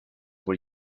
were